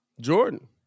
Jordan